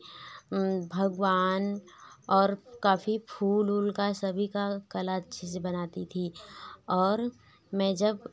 भगवान और काफ़ी फूल ऊल का सभी का कला अच्छे से बनाती थी और मैं जब